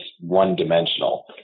one-dimensional